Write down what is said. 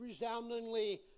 resoundingly